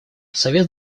совет